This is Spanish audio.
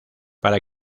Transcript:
para